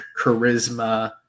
charisma